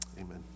Amen